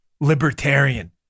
Libertarian